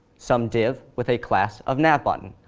some div with a class of nav button,